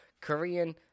Korean